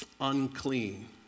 unclean